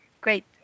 great